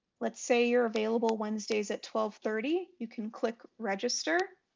let's say you're available wednesdays at twelve thirty you can click register,